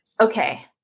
Okay